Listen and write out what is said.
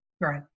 Right